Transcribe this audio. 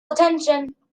attention